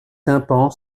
tympan